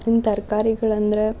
ಇನ್ನ ತರ್ಕಾರಿಗಳು ಅಂದರೆ